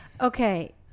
okay